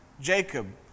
Jacob